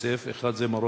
אחד זה מעלה-יוסף,